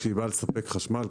כשהיא באה לספק חשמל,